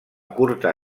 curta